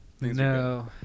No